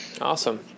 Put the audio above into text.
Awesome